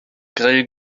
grell